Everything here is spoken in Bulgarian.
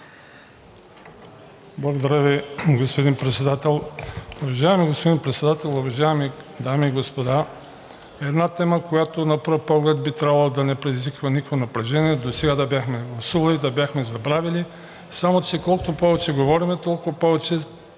Благодаря Ви, господин Председател. Уважаеми господин Председател, уважаеми дами и господа! Една тема, която на пръв поглед би трябвало да не предизвиква никакво напрежение, досега да бяхме гласували, да бяхме забравили. Само че колкото повече говорим, толкова повече